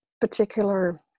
particular